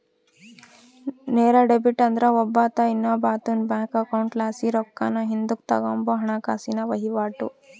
ನೇರ ಡೆಬಿಟ್ ಅಂದ್ರ ಒಬ್ಬಾತ ಇನ್ನೊಬ್ಬಾತುನ್ ಬ್ಯಾಂಕ್ ಅಕೌಂಟ್ಲಾಸಿ ರೊಕ್ಕಾನ ಹಿಂದುಕ್ ತಗಂಬೋ ಹಣಕಾಸಿನ ವಹಿವಾಟು